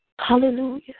Hallelujah